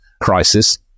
crisis